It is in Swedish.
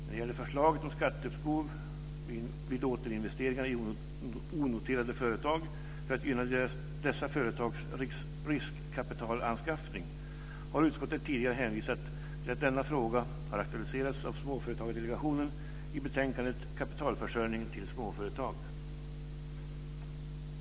När det gäller förslaget om skatteuppskov vid återinvesteringar i onoterade företag för att gynna dessa företags riskkapitalanskaffning har utskottet tidigare hänvisat till att denna fråga har aktualiserats av Småföretagsdelegationen i betänkandet Kapitalförsörjning till småföretag.